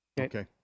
Okay